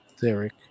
Derek